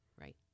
Right